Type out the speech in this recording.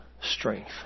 strength